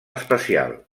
especial